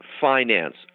finance